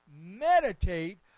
meditate